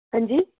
हांजी